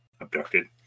abducted